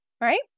right